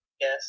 Yes